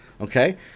Okay